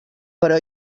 però